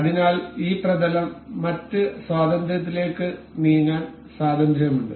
അതിനാൽ ഈ പ്രതലം മറ്റ് സ്വാതന്ത്ര്യത്തിലേക്ക് നീങ്ങാൻ സ്വാതന്ത്ര്യമുണ്ട്